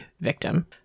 victim